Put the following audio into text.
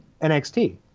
NXT